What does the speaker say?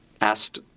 asked